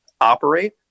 operate